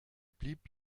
blieb